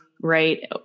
right